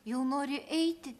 jau nori eiti